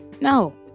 No